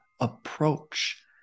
approach